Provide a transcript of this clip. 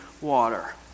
water